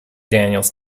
daniels